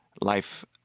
life